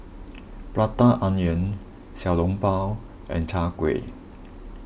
Prata Onion Xiao Long Bao and Chai Kueh